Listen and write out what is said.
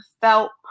felt